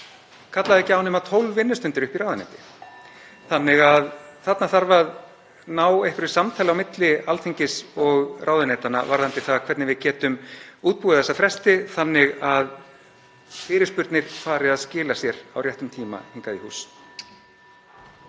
kallaði ekki á nema 12 vinnustundir uppi í ráðuneyti. Þannig að þarna þarf að ná einhverju samtali á milli Alþingis og ráðuneytanna varðandi það hvernig við getum útbúið þessa fresti þannig að fyrirspurnir fari að skila sér á réttum tíma hingað í hús.